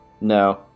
No